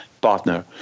partner